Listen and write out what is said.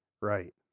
Right